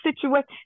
situation